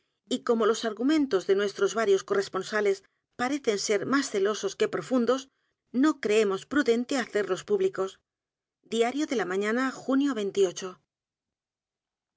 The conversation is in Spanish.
y como los argumentos de n ú e s edgar poe novelas v cuentos tros varios corresponsales parecen ser más celosos que profundos no creemos prudente hacerlos públicos diario de la mañana